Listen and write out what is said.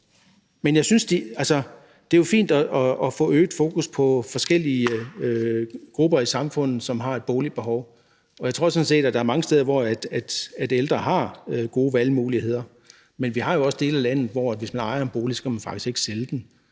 det er jo fint at få øget fokus på forskellige grupper i samfundet, som har et boligbehov, og jeg tror sådan set, at der er mange steder, hvor ældre har gode valgmuligheder, men vi har jo også dele af landet, hvor man, hvis man ejer en bolig, faktisk ikke kan sælge den.